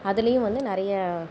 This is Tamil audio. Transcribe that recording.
அதுலையும் வந்து நிறைய